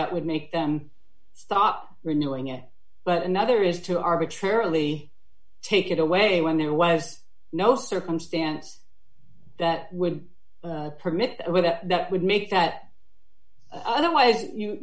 that would make them stop renewing it but another is to arbitrarily take it away when there was no circumstance that would permit or that would make that otherwise you